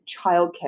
childcare